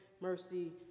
mercy